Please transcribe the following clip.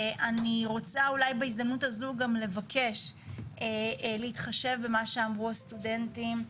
אני רוצה אולי בהזדמנות הזו גם לבקש להתחשב במה שאמרו הסטודנטים.